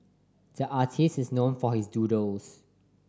the artist is known for his doodles